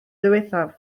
ddiwethaf